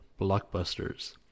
blockbusters